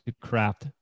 craft